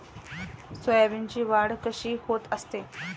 सोयाबीनची वाढ कशी होत असते?